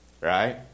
Right